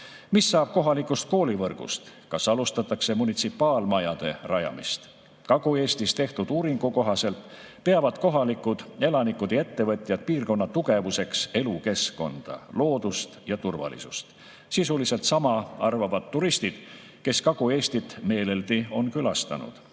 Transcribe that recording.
Mis saab kohalikust koolivõrgust? Kas alustatakse munitsipaalmajade rajamist? Kagu-Eestis tehtud uuringu kohaselt peavad kohalikud elanikud ja ettevõtjad piirkonna tugevuseks elukeskkonda, loodust ja turvalisust. Sisuliselt sama arvavad turistid, kes Kagu-Eestit meeleldi on külastanud.